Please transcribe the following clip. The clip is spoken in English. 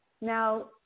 now